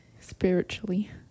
spiritually